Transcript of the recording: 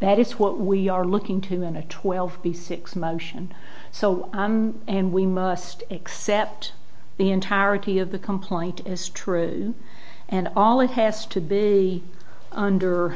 that it's what we are looking to in a twelve b six motion so and we must accept the entirety of the complaint is true and all it has to be under